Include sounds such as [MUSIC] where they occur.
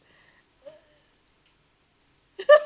[LAUGHS]